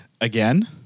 again